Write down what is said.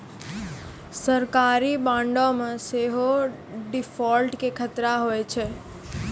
सरकारी बांडो मे सेहो डिफ़ॉल्ट के खतरा होय छै